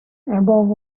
above